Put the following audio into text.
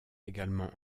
également